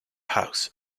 house